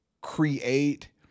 create